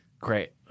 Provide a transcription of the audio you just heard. Great